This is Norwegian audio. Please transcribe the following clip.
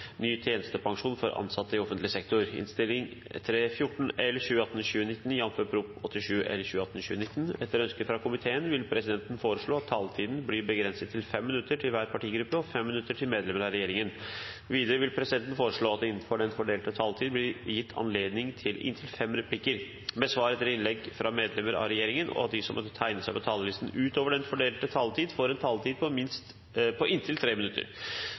minutter til medlemmer av regjeringen. Videre vil presidenten foreslå at det – innenfor den fordelte taletid – blir gitt anledning til inntil fem replikker med svar etter innlegg fra medlemmer av regjeringen, og at de som måtte tegne seg på talerlisten utover den fordelte taletid, får en taletid på inntil 3 minutter.